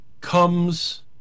comes